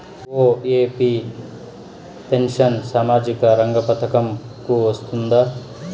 OAP pension సామాజిక రంగ పథకం కు వస్తుందా?